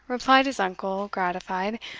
replied his uncle, gratified,